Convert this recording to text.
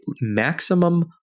maximum